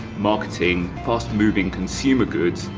marketing, fast moving consumer goods,